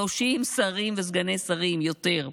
30 שרים וסגני שרים, יותר.